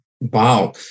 Wow